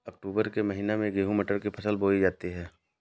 अक्टूबर के महीना में गेहूँ मटर की फसल बोई जाती है